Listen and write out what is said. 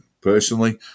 personally